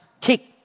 kick